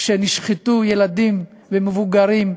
כשנשחטו ילדים ומבוגרים,